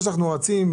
אנחנו יודעים את זה.